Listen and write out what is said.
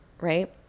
right